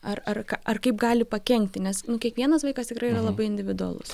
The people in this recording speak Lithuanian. ar ar ar kaip gali pakenkti nes kiekvienas vaikas tikrai yra labai individualus